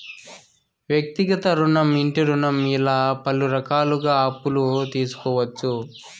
వ్యక్తిగత రుణం ఇంటి రుణం ఇలా పలు రకాలుగా అప్పులు తీసుకోవచ్చు